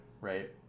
right